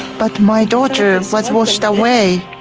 but my daughter was washed away.